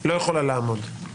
לא יכולה לעמוד.